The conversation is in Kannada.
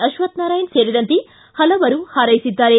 ಅಶ್ವಕ್ಷನಾರಾಯಣ ಸೇರಿದಂತೆ ಹಲವರು ಹಾರ್ಯೆಸಿದ್ದಾರೆ